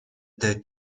the